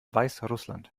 weißrussland